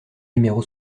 numéro